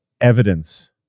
evidence